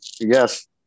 yes